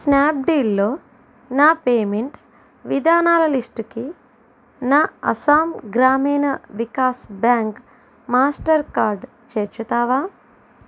snap డీల్లో నా payment విధానాల లిస్టుకి నా Assam Gramin Vikash bank Mastercard చేర్చుతావా